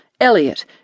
Elliot